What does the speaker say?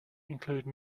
include